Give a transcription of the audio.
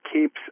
keeps